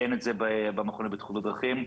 אין את זה במכון לבטיחות בדרכים.